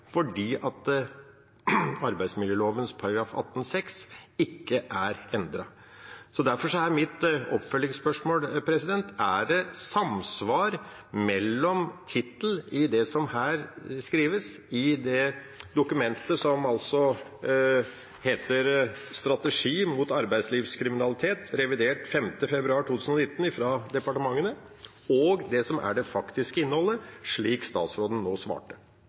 ikke er endret. Derfor er mitt oppfølgingsspørsmål: Er det samsvar mellom tittelen i det som skrives i det dokumentet som heter Strategi mot arbeidslivskriminalitet – revidert 5. februar 2019, fra departementene – og det som er det faktiske innholdet, slik statsråden nå svarte?